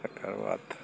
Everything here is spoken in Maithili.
तेकर बाद तऽ